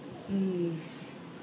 mm